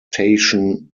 citation